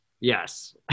Yes